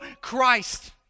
Christ